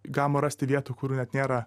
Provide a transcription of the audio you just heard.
galima rasti vietų kur nėra